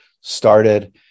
started